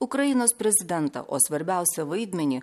ukrainos prezidentą o svarbiausią vaidmenį